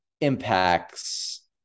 impacts